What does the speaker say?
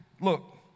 Look